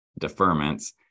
deferments